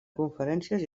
conferències